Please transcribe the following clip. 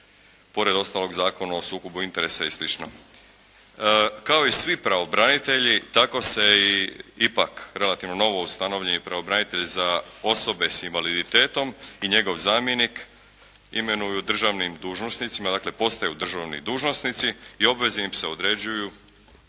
pored ostalog Zakona o sukobu interesa i slično. Kao i svi pravobranitelji tako se i ipak relativno novo ustanovljeni pravobranitelj za osobe s invaliditetom i njegov zamjenik imenuju državnim dužnosnicima, dakle postaju državni dužnosnici i obveznim se određuju,